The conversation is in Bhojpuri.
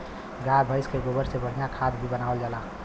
गाय भइस के गोबर से बढ़िया खाद भी बनावल जाला